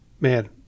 man